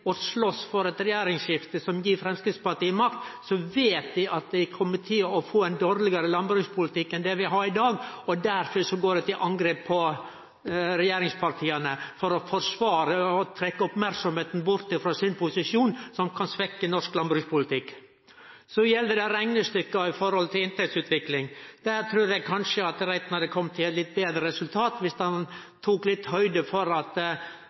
for eit regjeringsskifte som gir Framstegspartiet makt. Da veit dei at dei kjem til å få ein dårlegare landbrukspolitikk enn det vi har i dag. Derfor går dei til angrep på regjeringspartia for å trekke oppmerksomheita bort frå sin posisjon, som kan svekke norsk landbrukspolitikk. Så gjeld det reknestykka om inntektsutvikling. Der trur eg kanskje at Reiten hadde kome til eit betre resultat viss han tok høgde for at